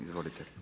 Izvolite.